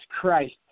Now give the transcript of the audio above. Christ